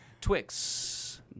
Twix